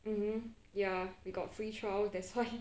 um ya we got free trial that's why